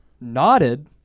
nodded